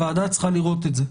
הוועדה צריכה לראות את זה.